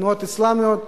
תנועות אסלאמיות,